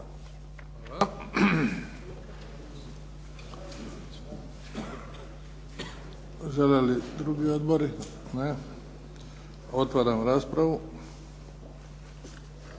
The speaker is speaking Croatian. Hvala. Žele li drugi odbori? Ne. Otvaram raspravu.